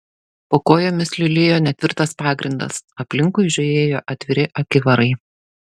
po kojomis liulėjo netvirtas pagrindas aplinkui žiojėjo atviri akivarai